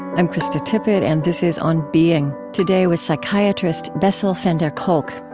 i'm krista tippett, and this is on being. today, with psychiatrist bessel van der kolk.